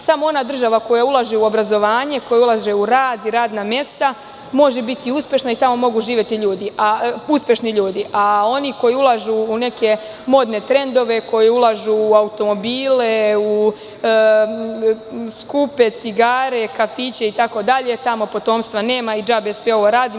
Samo ona država koja ulaže u obrazovanje, koja ulaže u rad i radna mesta može biti uspešna i tamo mogu živeti uspešni ljudi, a oni koji ulažu u neke modne trendove, koji ulažu u automobile, u skupe cigare, kafiće, itd, tamo potomstva nema i džabe sve ovo radimo.